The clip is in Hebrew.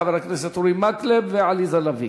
חברי הכנסת אורי מקלב ועליזה לביא.